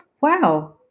wow